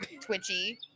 twitchy